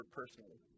personally